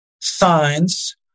signs